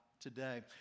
today